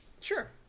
Sure